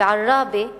בעראבה,